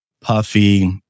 Puffy